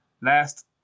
last